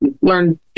learn